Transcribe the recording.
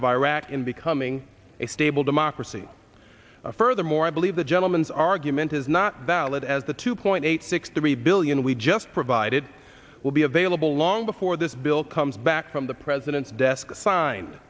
of iraq in becoming a stable democracy furthermore i believe the gentleman's argument is not valid as the two point eight six three billion we just provided will be available long before this bill comes back from the president's desk assign